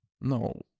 No